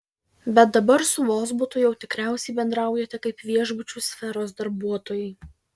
bet dabar su vozbutu jau tikriausiai bendraujate kaip viešbučių sferos darbuotojai